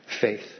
faith